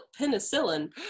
penicillin